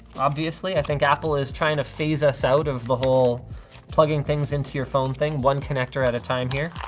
obviously, i think apple is trying to phase us out of the whole plugging things into your phone thing, one connector at a time here.